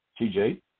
TJ